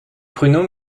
pruneaux